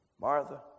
Martha